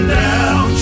down